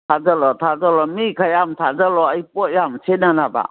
ꯊꯥꯖꯤꯜꯂꯣ ꯊꯥꯖꯤꯜꯂꯣ ꯃꯤ ꯈꯔ ꯌꯥꯝ ꯊꯥꯖꯤꯜꯂꯣ ꯑꯩ ꯄꯣꯠ ꯌꯥꯝ ꯁꯤꯠꯅꯅꯕ